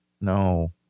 No